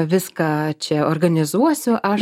viską čia organizuosiu aš